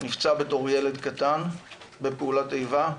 שנפצע בתור ילד קטן בפעולות איבה,